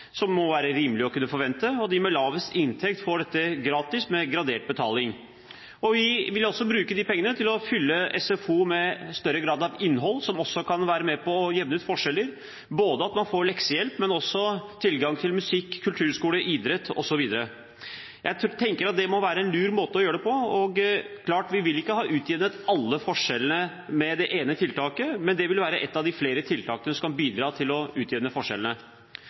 som må være rimelig å kunne forvente, og de med lavest inntekt får dette gratis – altså gradert betaling? Vi vil bruke de pengene til å fylle SFO med større grad av innhold, som også kan være med på å jevne ut forskjeller, at man får leksehjelp, men også tilgang til musikk, kulturskole, idrett osv. Jeg tenker at det må være en lur måte å gjøre det på. Det er klart at vi vil ikke ha utjevnet alle forskjellene med det ene tiltaket, men det vil være et av flere tiltak som kan bidra til å utjevne forskjellene.